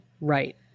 Right